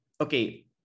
Okay